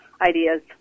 ideas